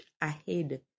ahead